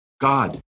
God